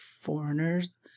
foreigners